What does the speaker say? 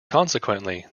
consequently